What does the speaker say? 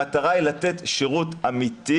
המטרה היא לתת שירות אמיתי,